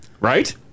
right